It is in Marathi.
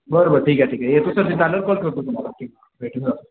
बरं बरं ठीक आहे ठीक आहे येतो सर तिथं आल्यावर कॉल करतो तुम्हाला ठीक भेटून जातो